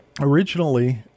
originally